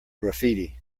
graffiti